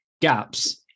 gaps